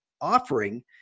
offering